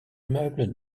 meubles